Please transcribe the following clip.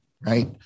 right